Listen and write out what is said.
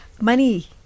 Money